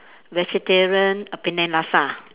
vegetarian a Penang laksa